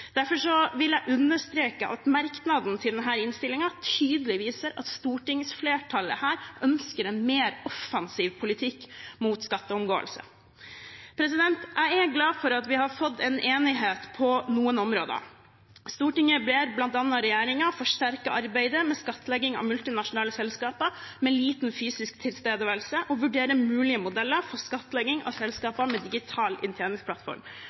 Derfor vil jeg understreke at merknaden til denne innstillingen tydelig viser at stortingsflertallet her ønsker en mer offensiv politikk mot skatteomgåelse. Jeg er glad for at vi har fått en enighet på noen områder. Stortinget ber regjeringen bl.a. forsterke arbeidet med skattlegging av multinasjonale selskaper med liten fysisk tilstedeværelse, og vurdere mulige modeller for skattlegging av selskaper med digital